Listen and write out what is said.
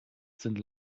sind